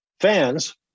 fans